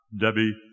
Debbie